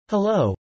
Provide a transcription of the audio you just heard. Hello